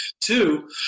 Two